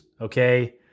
okay